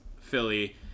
Philly